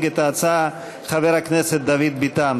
חבר הכנסת דוד ביטן,